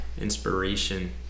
inspiration